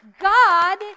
God